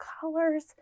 colors